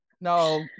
No